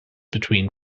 between